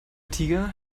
tiger